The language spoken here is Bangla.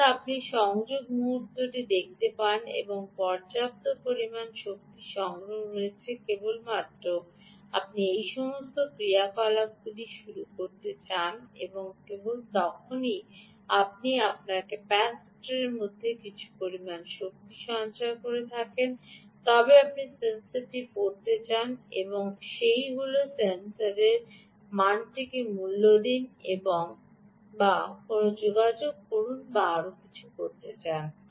এখন আপনি সংযোগ মুহুর্তটি দেখতে পান যে পর্যাপ্ত পরিমাণ শক্তি রয়েছে কেবলমাত্র আপনি এই সমস্ত ক্রিয়াকলাপটি শুরু করতে চান কেবল তখনই যদি আপনি আপনার ক্যাপাসিটরের মধ্যে কিছু পরিমাণ শক্তি সঞ্চয় করে থাকেন তবে আপনি সেন্সরটি পড়তে চান সেই হল সেন্সরের মানটিকে মূল্য দিন বা আপনি কোনও যোগাযোগ এবং আরও কিছু করতে চান